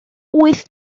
wyth